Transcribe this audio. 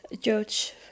judge